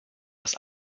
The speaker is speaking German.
das